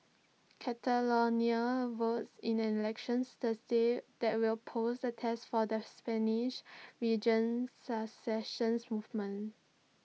Catalonia votes in an election Thursday that will pose A test for the Spanish region's secession movement